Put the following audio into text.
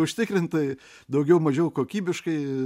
užtikrintai daugiau mažiau kokybiškai